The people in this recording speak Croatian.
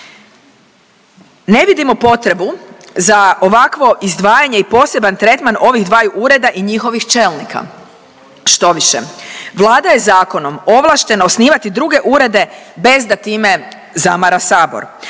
Ne vidimo potrebu za ovakvo izdvajanje i poseban tretman ovih dvaju ureda i njihovih čelnika. Štoviše, Vlada je zakonom ovlaštena osnivati druge urede bez da time zamara sabor,